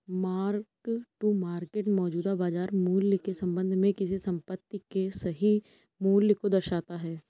mark to market मौजूदा बाजार मूल्य के संबंध में किसी संपत्ति के सही मूल्य को दर्शाता है